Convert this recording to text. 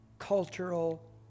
cultural